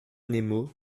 nemo